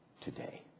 today